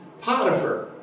Potiphar